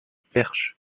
perche